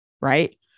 right